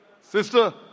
Sister